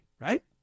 right